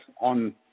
on